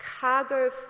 cargo